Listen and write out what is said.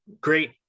great